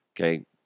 Okay